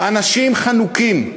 אנשים חנוקים,